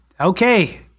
okay